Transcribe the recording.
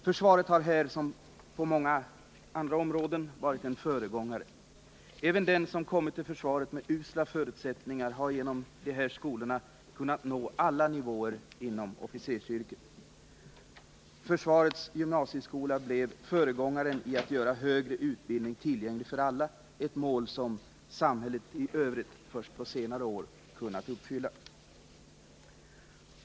Försvaret har här, som på många andra områden, varit en föregångare. Även den som kommit till försvaret med usla förutsättningar har genom de här skolorna kunnat nå alla nivåer inom officersyrket. Försvarets gymnasieskola blev föregångaren i att göra högre utbildning tillgänglig för alla — ett mål som samhället i övrigt först på senare år kunnat uppfylla.